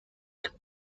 can